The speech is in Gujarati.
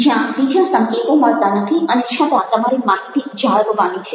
જ્યાં બીજા સંકેતો મળતા નથી અને છતાં તમારે માહિતી જાળવવાની છે